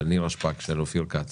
של נירה שפק, של אופיר כץ